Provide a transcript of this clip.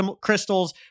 crystals